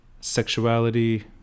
Sexuality